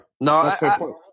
no